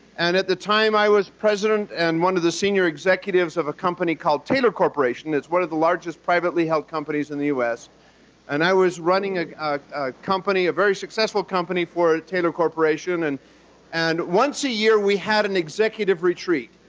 and at that time, i was president and one of the senior executives of a company called taylor corporation. it's one of the largest privately held companies in the us and i was running a company, a very successful company for taylor corporation. and and once a year, we had an executive retreat,